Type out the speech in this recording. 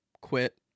quit